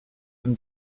been